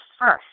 First